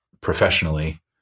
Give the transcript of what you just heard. professionally